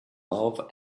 love